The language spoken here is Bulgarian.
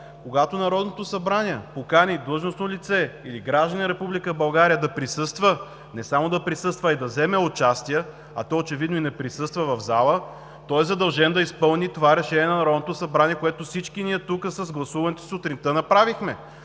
Когато Народното събрание покани длъжностно лице или гражданин на Република България да присъства, не само да присъства, а и да вземе участие, а той и очевидно не присъства в залата, е задължен да изпълни това решение на Народното събрание, което ние всички тук с гласуването си сутринта направихме.